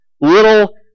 little